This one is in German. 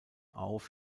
auf